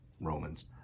Romans